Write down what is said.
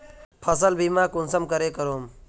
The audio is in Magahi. फसल बीमा कुंसम करे करूम?